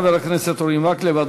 תודה לחבר הכנסת אורי מקלב.